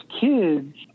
kids